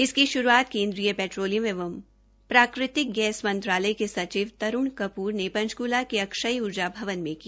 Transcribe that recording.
इसकी श्रुआत केन्द्रीय पैट्रोलियम एवं प्राकृतिक गैस मंत्रालय के सचिव श्री तरूण कपूर ने पंचकूला के अक्षय ऊर्जा भवन में की